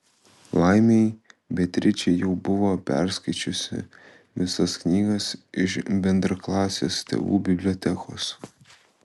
laimei beatričė jau buvo perskaičiusi visas knygas iš bendraklasės tėvų bibliotekos